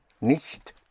nicht